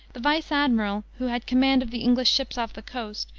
the vice-admiral, who had command of the english ships off the coast,